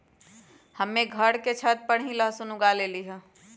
हम्मे घर के छत पर ही लहसुन उगा लेली हैं